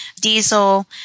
diesel